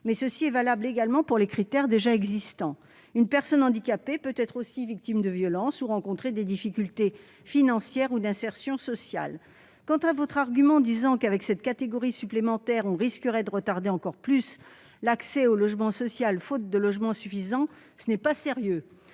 mais ceci est également valable pour les critères déjà existants : une personne handicapée peut aussi être victime de violences, ou rencontrer des difficultés financières ou d'insertion sociale. Quant à votre argument selon lequel en introduisant cette catégorie supplémentaire on risquerait de retarder encore plus l'accès au logement social faute de logements suffisants, ce n'est pas sérieux